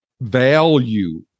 value